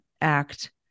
act